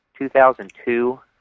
2002